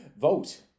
vote